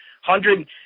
hundred